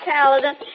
Paladin